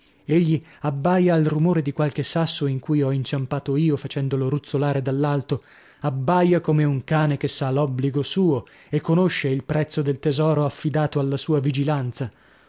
egli abbaia al rumore di qualche sasso in cui ho inciampato io facendolo ruzzolare dall'alto abbaia come un cane che sa l'obbligo suo e conosce il prezzo del tesoro affidato alla sua vigilanza